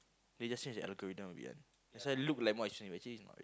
they just change the algorithm a bit ah that's why look like more but actually it's not